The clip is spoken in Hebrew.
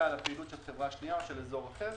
על הפעילות של חברה שנייה או של אזור אחר.